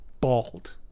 bald